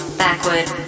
backward